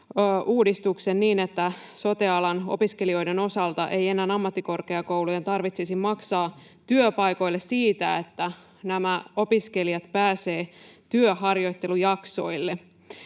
uudistuksen niin, että sote-alan opiskelijoiden osalta ei enää ammattikorkeakoulujen tarvitsisi maksaa työpaikoille siitä, että nämä opiskelijat pääsevät työharjoittelujaksoille.